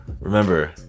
remember